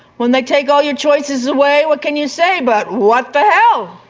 when they take all your choices away what can you say but what the hell.